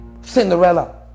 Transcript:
Cinderella